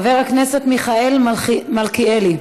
חבר הכנסת מיכאל מלכיאלי,